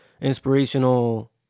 inspirational